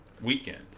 weekend